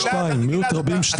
שתיים, מיעוט רבים שניים.